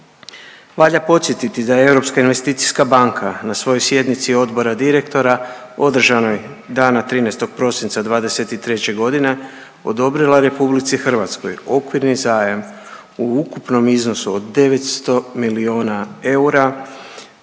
Valja podsjetiti da je Europska investicijska banka na svojoj sjednici Odbora direktora održanoj dana 13. prosinca 2023. godine odobrila Republici Hrvatskoj okvirni zajam u ukupnom iznosu od 900 milijuna eura,